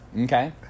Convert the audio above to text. Okay